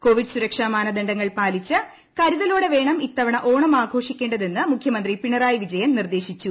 Covid സുരക്ഷാ മാനദണ്ഡങ്ങൾ പാലിച്ച് കരുതലോടെ വേണം ഇത്തവണ ഓണം ആഘോഷിക്കേണ്ടതെന്ന് മുഖ്യമന്ത്രി പിണറായി വിജയൻ നിർദേശിച്ചു